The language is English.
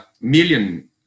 million